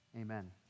Amen